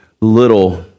little